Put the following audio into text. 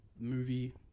movie